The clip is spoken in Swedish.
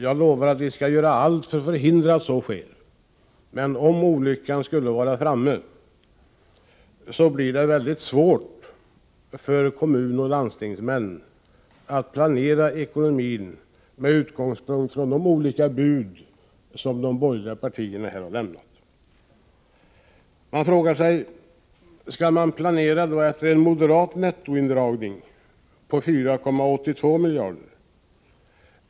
Jag lovar att vi skall göra allt för att förhindra att så sker, men om olyckan som sagt skulle vara framme, blir det väldigt svårt för kommuner och landsting att planera med utgångspunkt i de olika bud som de borgerliga partierna här har lämnat. Kommunaloch landstingsmän frågar sig: Skall vi planera efter en moderat nettoindragning på 4,82 miljarder?